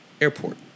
airport